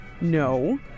No